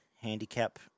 handicap